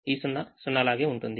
ఈ 0 0 లాగే ఉంటుంది